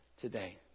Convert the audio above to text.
today